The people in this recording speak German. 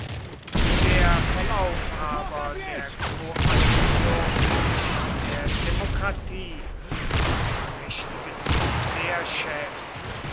der verlauf aber der koalition zwischen der demokratie und den mächtigen